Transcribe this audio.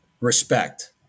respect